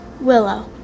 Willow